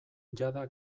jada